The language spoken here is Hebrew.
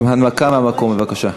הנמקה מהמקום, בבקשה.